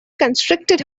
constricted